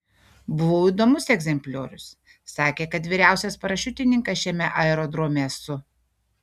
buvau įdomus egzempliorius sakė kad vyriausias parašiutininkas šiame aerodrome esu